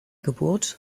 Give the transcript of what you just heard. geburt